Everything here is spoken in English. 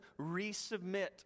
resubmit